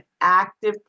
active